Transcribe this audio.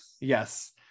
yes